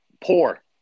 poor